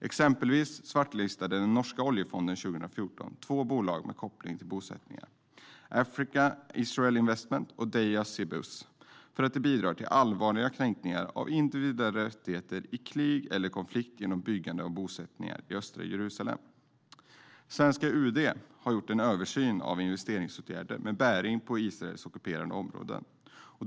Exempelvis svartlistade den norska oljefonden 2014 två bolag med koppling till bosättningar, Africa Israel Investments och Danya Cebus, för att de bidrar till allvarliga kränkningar av individuella rättigheter i krig eller konflikt genom byggandet av bosättningar i östra Jerusalem. Svenska UD har gjort en översyn av investeringsåtgärder med bäring på av Israel ockuperade områden.